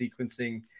sequencing